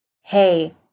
hey